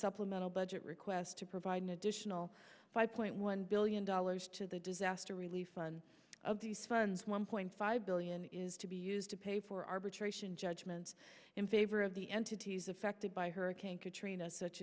supplemental budget request to provide an additional five point one billion dollars to the disaster relief fund of these funds one point five billion is to be used to pay for arbitration judgments in favor of the entities affected by hurricane katrina such